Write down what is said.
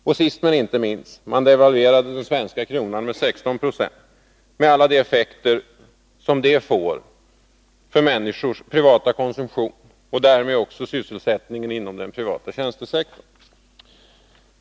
Och sist men inte minst — man har devalverat den svenska kronan med 16 70 med alla de effekter som det får för människors privata konsumtion och därmed också för sysselsättningen inom den privata tjänstesektorn.